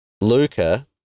Luca